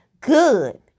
good